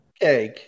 Egg